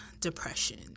depression